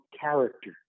character